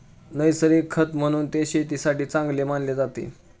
नैसर्गिक खत म्हणून ते शेतीसाठी खूप चांगले मानले जाते